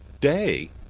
day